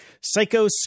Psycho